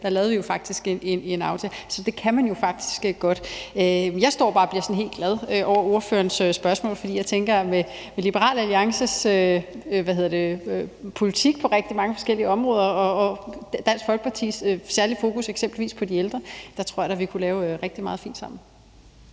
der lavede vi jo faktisk en aftale. Så det kan man faktisk godt. Jeg står bare og bliver sådan helt glad over ordførerens spørgsmål, for jeg tænker, at med Liberal Alliances politik på rigtig mange forskellige områder og Dansk Folkepartis særlige fokus på eksempelvis de ældre, tror jeg da at vi kunne lave rigtig meget fint sammen.